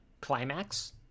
climax